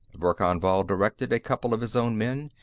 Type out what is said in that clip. verkan vall directed a couple of his own men.